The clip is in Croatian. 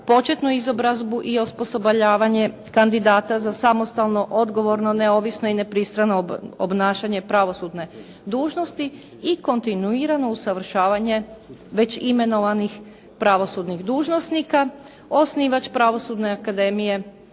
početnu izobrazbu i osposobljavanje kandidata za samostalno, odgovorno, neovisno i nepristrano obnašanje pravosudne dužnosti i kontinuirano usavršavanje već imenovanih pravosudnih dužnosnika. Osnivač Pravosudne akademije,